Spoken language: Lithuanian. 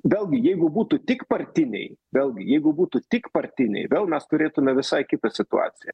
vėlgi jeigu būtų tik partiniai vėlgi jeigu būtų tik partiniai vėl mes turėtume visai kitą situaciją